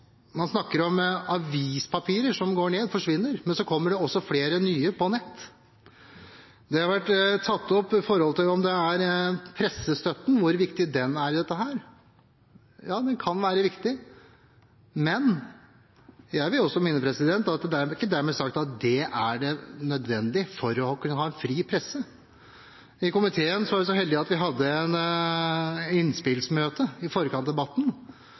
Man snakker om papiraviser som går ned i antall, som forsvinner, men det kommer også flere nye på nett. Det har vært tatt opp hvor viktig pressestøtten er i dette. Ja, den kan være viktig, men jeg vil også minne om at det er ikke dermed sagt at den er nødvendig for å kunne ha en fri presse. I komiteen var vi så heldige at vi på et innspillsmøte i forkant av debatten